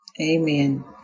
Amen